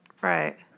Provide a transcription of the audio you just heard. Right